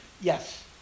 Yes